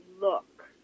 look